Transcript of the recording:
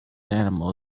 animal